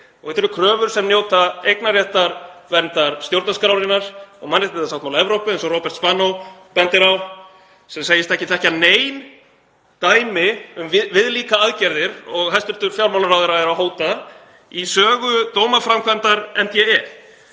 Þetta eru kröfur sem njóta eignarréttarverndar stjórnarskrárinnar og mannréttindasáttmála Evrópu, eins og Róbert Spanó bendir á sem segist ekki þekkja nein dæmi um viðlíka aðgerðir og hæstv. fjármálaráðherra er að hóta í sögu dómaframkvæmdar MDE.